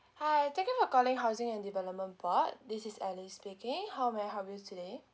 hi thank you for calling housing and development board this is alice speaking how may I help you today